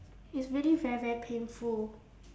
it's really very very painful